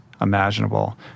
imaginable